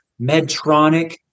Medtronic